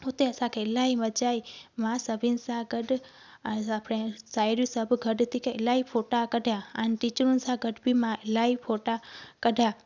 उते असांखे इलाही मज़ा आई मां सभिनि सां गॾु आहियां पई साहिड़ियूं सभु गॾु थी करे इलाही फ़ोटा कढिया ऐं टीचरुनि सां गॾु बि इलाही फ़ोटा कढिया